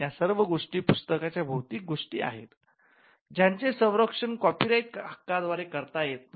या सर्व गोष्टी पुस्तकाच्या भौतिक गोष्टी आहेत ज्यांचे संरक्षण कॉपीराइट हक्काद्वारे करता येत नाही